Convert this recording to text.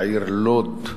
בעיר לוד,